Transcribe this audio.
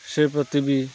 ସେ ପ୍ରତି ବି